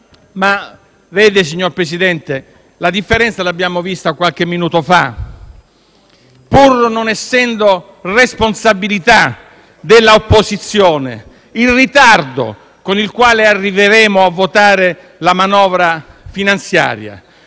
Vede, signor Presidente, abbiamo visto la differenza qualche minuto fa: pur non essendo responsabilità dell'opposizione il ritardo con il quale arriveremo a votare la manovra finanziaria,